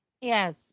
Yes